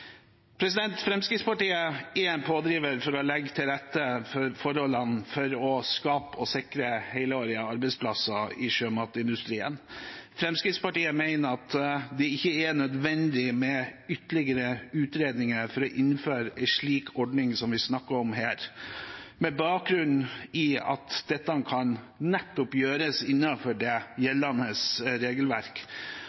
Fremskrittspartiet er en pådriver for å legge forholdene til rette for å skape og sikre helårlige arbeidsplasser i sjømatindustrien. Fremskrittspartiet mener at det ikke er nødvendig med ytterligere utredninger for å innføre en slik ordning som vi snakker om her, med bakgrunn i at dette kan gjøres nettopp innenfor det